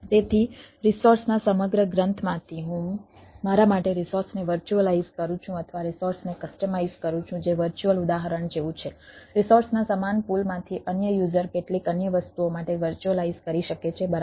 તેથી રિસોર્સના સમગ્ર ગંથમાંથી હું મારા માટે રિસોર્સને વર્ચ્યુઅલાઈઝ કરું છું અથવા રિસોર્સને કસ્ટમાઈઝ બરાબર